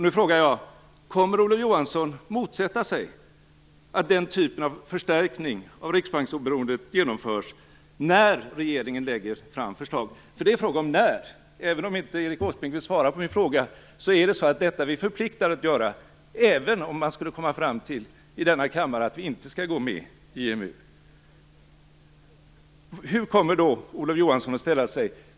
Nu frågar jag: Kommer Olof Johansson att motsätta sig att den typen av förstärkning av Riksbankens oberoende genomförs när regeringen lägger fram förslaget? Det är nämligen en fråga om när detta sker. Även om Erik Åsbrink inte vill svara på min fråga är det så att vi är förpliktade att göra detta även om denna kammare skulle komma fram till att Sverige inte skall gå med i EMU. Hur kommer Olof Johansson att ställa sig?